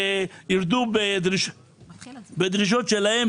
שירדו בדרישות שלהם